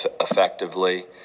effectively